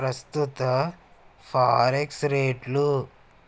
ప్రస్తుత ఫారెక్స్ రేట్లు